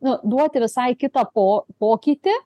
nu duoti visai kitą po pokytį